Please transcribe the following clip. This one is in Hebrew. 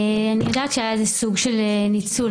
אני יודעת שהיה סוג של ניצול